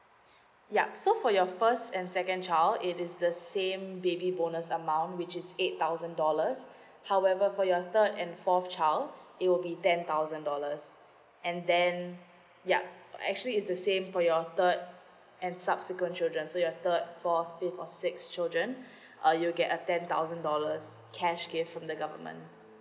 yup so for your first and second child it is the same baby bonus amount which is eight thousand dollars however for your third and fourth child it will be ten thousand dollars and then yeah actually is the same for your third and subsequent children so your third fourth fifth or sixth children uh you'll get a ten thousand dollars cash gift from the government